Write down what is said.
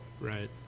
Right